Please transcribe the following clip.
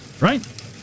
right